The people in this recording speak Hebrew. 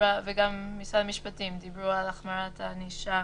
משרד המשפטים דיברו על החמרת הענישה